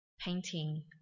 painting